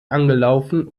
angelaufen